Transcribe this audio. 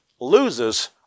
loses